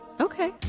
okay